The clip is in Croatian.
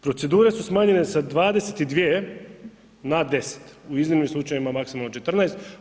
Procedure su smanjene sa 22 na 10. u iznimnim slučajevima, maksimalno 14.